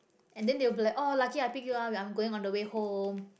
and then they will be like oh lucky I picked you up I am going on the way home